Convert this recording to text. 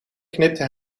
knipte